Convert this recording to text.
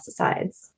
pesticides